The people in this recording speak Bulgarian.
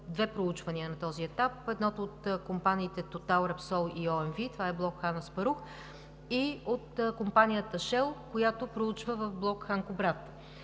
две проучвания на този етап – едното от компаниите Total, Repsol и OMV – това е блок „Хан Аспарух“, и от компанията Shell, която проучва в блок „Хан Кубрат“.